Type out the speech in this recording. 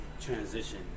transition